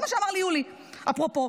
זה מה שאמר לי יולי, אפרופו.